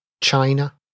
China